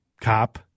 cop